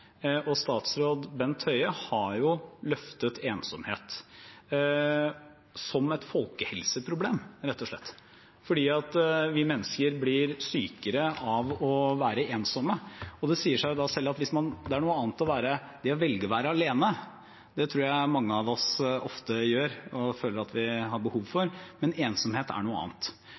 og statsråd Bent Høie har jo løftet ensomhet som et folkehelseproblem, rett og slett. Vi mennesker blir sykere av å være ensomme. Det sier seg selv at det er noe annet å velge å være alene, det tror jeg mange av oss ofte gjør, og føler at vi har behov for. Ensomhet er noe annet.